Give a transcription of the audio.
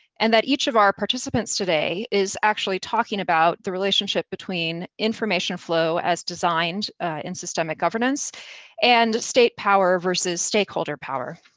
and that each of our participants today is actually talking about the relationship between information flow as designed in systemic governance and state power versus stakeholder power.